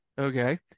Okay